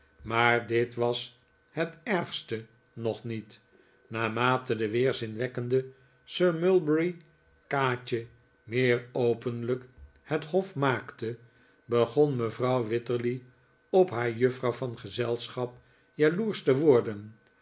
maar dit was het ergste nog niet naarmate de weerzinwekkende sir mulberry kaatje meer openlijk het hof maakte begon mevrouw wititterly op haar juffrouw van gezelschap jaloersch te worden